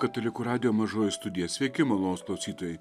katalikų radijo mažoji studija sveiki malonūs klausytojai